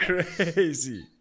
crazy